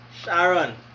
Sharon